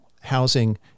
housing